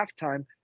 halftime